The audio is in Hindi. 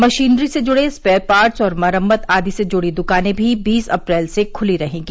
मशीनरी से जुड़े स्पेयरपार्ट्स और मरम्मत आदि से जुड़ी दुकाने भी बीस अप्रैल से खुली रहेगी